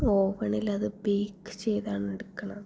ഓവനിൽ അത് ബേയ്ക്ക് ചെയ്താണെടുക്കണത്